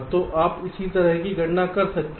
तो आप इसी तरह की गणना कर सकते हैं